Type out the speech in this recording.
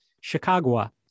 Chicago